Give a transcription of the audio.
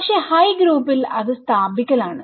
പക്ഷെ ഹൈ ഗ്രൂപ്പിൽഅത് സ്ഥാപിക്കലാണ്